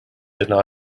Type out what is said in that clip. denial